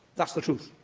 that's the truth.